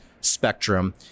spectrum